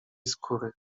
skóry